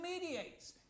mediates